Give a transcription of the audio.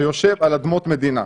שיושב על אדמות מדינה.